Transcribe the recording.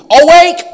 awake